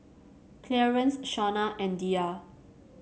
Clearence Shona and Diya